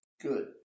good